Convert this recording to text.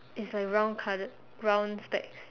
it's like round coloured round specs